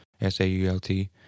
s-a-u-l-t